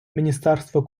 міністерства